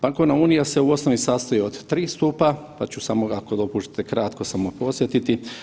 Bankovna unija se u osnovi sastoji od 3 stupa, pa ću samo ako dopustite kratko samo podsjetiti.